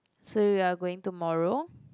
so you're going tomorrow